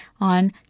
on